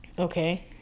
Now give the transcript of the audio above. Okay